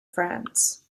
friends